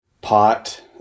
pot